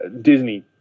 Disney